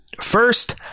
First